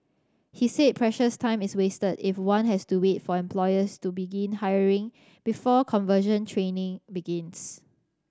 he said precious time is wasted if one has to wait for employers to begin hiring before conversion training begins